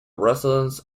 residents